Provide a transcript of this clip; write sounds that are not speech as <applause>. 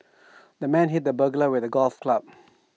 <noise> the man hit the burglar with A golf club <noise>